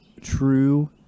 true